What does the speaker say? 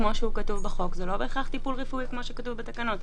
כמו שהוא כתוב בחוק הוא לא בהכרח טיפול רפואי כמו שכתוב בתקנות.